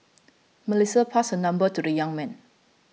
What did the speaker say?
Melissa passed her number to the young man